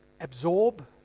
absorb